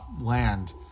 land